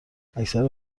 اکثر